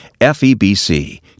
FEBC